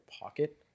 pocket